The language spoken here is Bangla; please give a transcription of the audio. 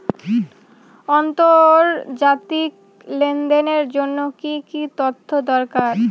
আন্তর্জাতিক লেনদেনের জন্য কি কি তথ্য দরকার?